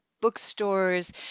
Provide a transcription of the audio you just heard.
bookstores